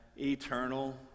eternal